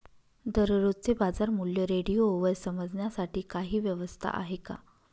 दररोजचे बाजारमूल्य रेडिओवर समजण्यासाठी काही व्यवस्था आहे का?